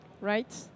Right